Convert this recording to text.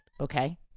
okay